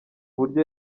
buryo